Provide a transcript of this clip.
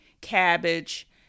cabbage